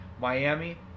Miami